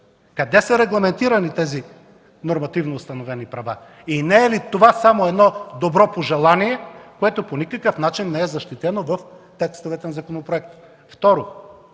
Къде се регламентирани тези нормативно установени права? И не е ли това само едно добро пожелание, което по никакъв начин не е защитено в текстовете в законопроекта?